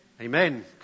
Amen